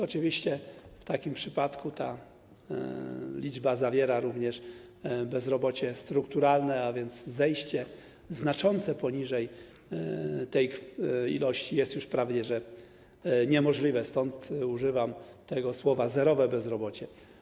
Oczywiście w takim przypadku ta wielkość zawiera również bezrobocie strukturalne, a więc zejście znaczące poniżej tej wielkości jest już prawie niemożliwe, stąd używam tego zwrotu: zerowe bezrobocie.